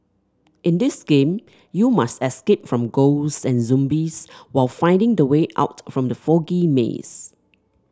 in this game you must escape from ghosts and zombies while finding the way out from the foggy maze